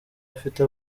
afite